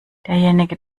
derjenige